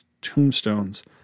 tombstones